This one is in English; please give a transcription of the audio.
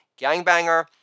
gangbanger